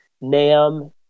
NAM